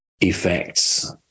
effects